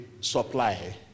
supply